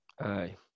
aye